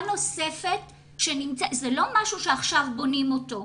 נוספת שנמצאת זה לא משהו שעכשיו בונים אותו,